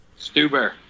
Stuber